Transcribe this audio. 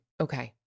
Okay